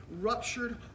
ruptured